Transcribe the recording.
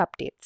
updates